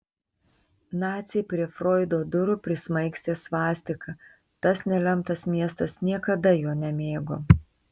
naciai prie froido durų prismaigstė svastiką tas nelemtas miestas niekada jo nemėgo